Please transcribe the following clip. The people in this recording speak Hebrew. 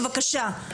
בבקשה.